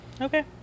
Okay